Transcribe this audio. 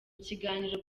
kiganiro